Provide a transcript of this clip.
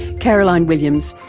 caroline williams,